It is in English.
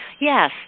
Yes